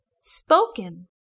spoken